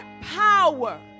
power